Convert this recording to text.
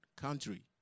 country